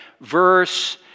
verse